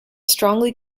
strongly